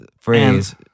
phrase